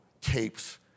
tapes